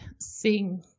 sing